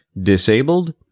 disabled